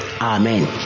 Amen